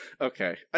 Okay